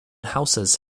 houses